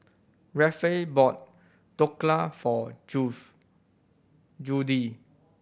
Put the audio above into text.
Rafe bought Dhokla for Judith